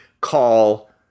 call